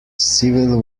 civil